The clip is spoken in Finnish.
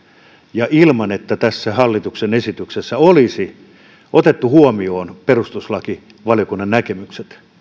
ja ilman että tässä hallituksen esityksessä olisi otettu huomioon perustuslakivaliokunnan näkemykset